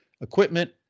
equipment